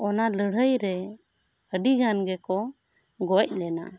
ᱚᱱᱟ ᱞᱟᱹᱲᱦᱟᱹᱭ ᱨᱮ ᱟᱹᱰᱤ ᱜᱟᱱ ᱜᱮ ᱠᱚ ᱜᱚᱡ ᱞᱮᱱᱟ